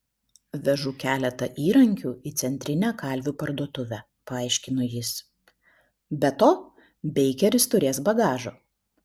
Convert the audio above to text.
vežu keletą įrankių į centrinę kalvių parduotuvę paaiškino jis be to beikeris turės bagažo